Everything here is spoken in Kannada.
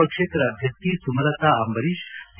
ಪಕ್ಷೇತರ ಅಭ್ಯರ್ಥಿ ಸುಮಲತಾ ಅಂಬರೀಷ್ ಕೆ